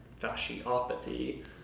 fasciopathy